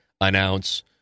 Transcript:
announce